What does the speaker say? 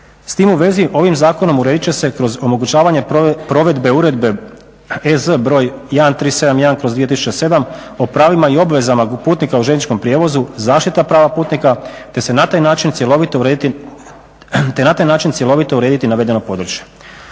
S tim u vezi ovim zakonom uredit će se kroz omogućavanje provedbe Uredbe EZ br. 1371/2007 o pravima i obvezama putnika u željezničkom prijevozu zaštita prava putnika te na taj način cjelovito urediti navedeno područje.